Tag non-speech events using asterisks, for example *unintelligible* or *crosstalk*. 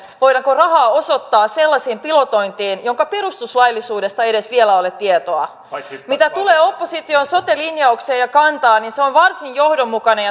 voidaanko rahaa osoittaa sellaiseen pilotointiin jonka perustuslaillisuudesta ei edes vielä ole tietoa mitä tulee opposition sote linjaukseen ja kantaan se on varsin johdonmukainen *unintelligible*